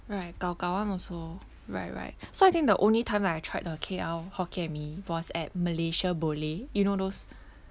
right gao gao [one] also right right so I think the only time that I tried the K_L hokkien mee was at malaysia boleh you know those